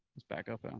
let's back up now.